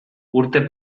urte